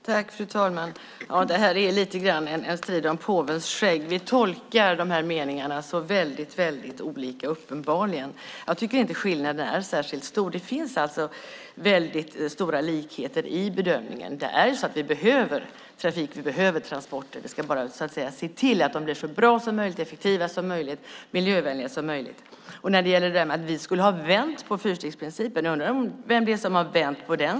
Fru talman! Det här är lite grann en strid om påvens skägg. Vi tolkar uppenbarligen de här meningarna väldigt olika. Jag tycker inte att skillnaden är särskilt stor. Det finns alltså väldigt stora likheter i bedömningen. Vi behöver trafik. Vi behöver transporter. Vi ska bara se till att de blir så bra, så effektiva och så miljövänliga som möjligt. När det gäller det där med att vi skulle ha vänt på fyrstegsprincipen undrar jag vem det är som har vänt på den.